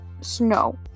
snow